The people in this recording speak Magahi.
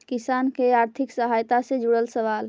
किसान के आर्थिक सहायता से जुड़ल सवाल?